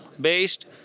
based